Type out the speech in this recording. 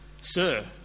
Sir